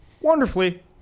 Wonderfully